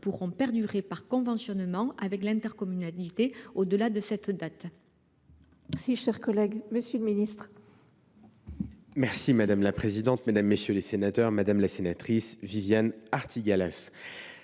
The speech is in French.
pourront perdurer par conventionnement avec l’intercommunalité au delà de cette date